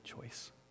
choice